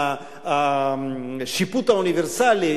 השיפוט האוניברסלי,